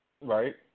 Right